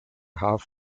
half